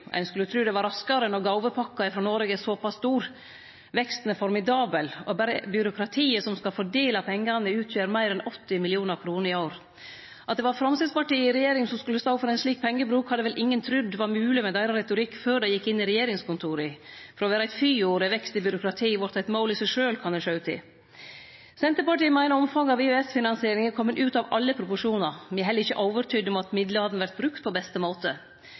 Ein skulle tru det gjekk raskare når gåvepakken frå Noreg er såpass stor. Veksten er formidabel, og berre byråkratiet som skal fordele pengane, utgjer meir enn 80 mill. kr i år. At det var Framstegspartiet i regjering som skulle stå for ein slik pengebruk, hadde vel ingen trudd var mogleg med deira retorikk før dei gjekk inn i regjeringskontora. Frå å vere eit fyord kan det sjå ut til at vekst i byråkratiet har vorte eit mål i seg sjølv. Senterpartiet meiner omfanget av EØS-finansieringa er kome ut av alle proporsjonar. Me er heller ikkje overtydde om at midlane vert brukte på beste måte.